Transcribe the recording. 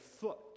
foot